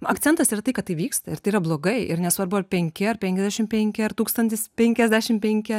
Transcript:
akcentas yra tai kad tai vyksta ir tai yra blogai ir nesvarbu ar penki ar penkiasdešimt penki ar tūkstantis penkiasdešimt penki